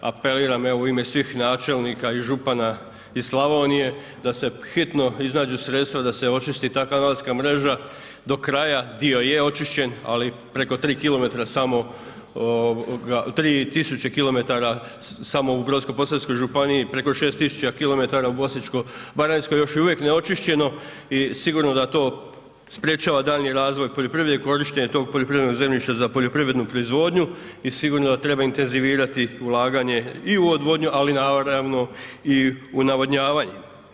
Apeliram evo, u ime svih načelnika i župana iz Slavonije da se hitno iznađu sredstva da se očisti ta kanalska mreža do kraja, dio je očišćen, ali preko 3 km samo, 3 tisuće km samo u Brodsko-posavskoj županiji, preko 6 tisuća km u Osječko-baranjskoj još je uvijek neočišćeno i sigurno da to sprječava daljnji razvoj poljoprivrede i korištenje tog poljoprivrednog zemljišta za poljoprivrednu proizvodnju i sigurno da treba intenzivirati ulaganja i u odvodnju, ali naravno i u navodnjavanje.